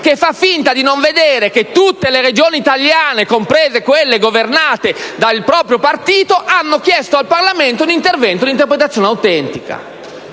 che fa finta di non vedere che tutte le Regioni italiane, comprese quelle governate dal proprio partito, hanno chiesto al Parlamento un intervento per un'interpretazione autentica.